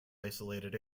isolated